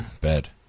Bad